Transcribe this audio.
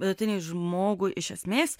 vidutinį žmogų iš esmės